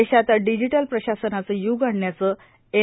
देशात डिजिटल प्रशासनाचं य्ग आणण्याचं एन